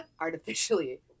artificially